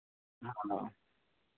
हाँ हाँ